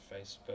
Facebook